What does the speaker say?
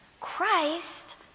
Christ